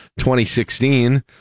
2016